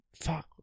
fuck